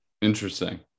Interesting